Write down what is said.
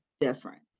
different